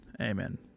amen